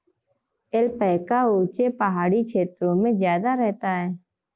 alpaca ऊँचे पहाड़ी क्षेत्रों में ज्यादा रहता है